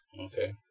Okay